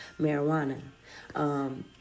marijuana